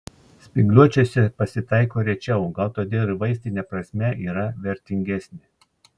spygliuočiuose pasitaiko rečiau gal todėl ir vaistine prasme yra vertingesni